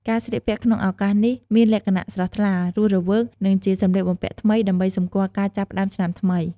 ការស្លៀកពាក់ក្នុងឱកាសនេះមានលក្ខណៈស្រស់ថ្លា រស់រវើក និងជាសម្លៀកបំពាក់ថ្មី ដើម្បីសម្គាល់ការចាប់ផ្តើមឆ្នាំថ្មី។